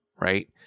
right